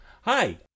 Hi